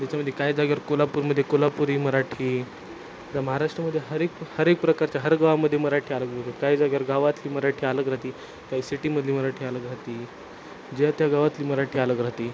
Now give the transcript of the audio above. त्याच्यामध्ये काही जाग्यावर कोल्हापूरमध्ये कोल्हापुरी मराठी तर महाराष्ट्रामध्ये हरएक हरएक प्रकारच्या हर गावामध्ये मराठी अलग काही जाग्यावर गावातली मराठी अलग राहत आहे काही सिटीमधली मराठी अलग राहती य ज्या त्या गावातली मराठी अलग राहत आहे